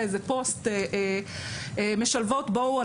בטעות איזה פוסט שאומר: משלבות בואו,